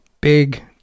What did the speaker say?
big